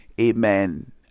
Amen